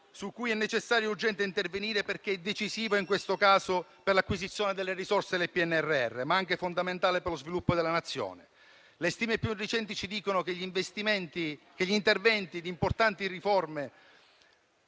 su cui è necessario e urgente intervenire perché decisivo in questo caso per l'acquisizione delle risorse del PNRR, ma anche fondamentale per lo sviluppo della Nazione. Le stime più recenti ci dicono che gli investimenti per